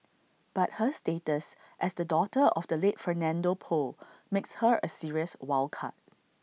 but her status as the daughter of the late Fernando Poe makes her A serious wild card